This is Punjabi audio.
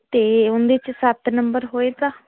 ਅਤੇ ਉਹਦੇ 'ਚ ਸੱਤ ਨੰਬਰ ਹੋਵੇਗਾ